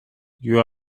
you